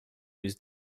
was